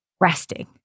resting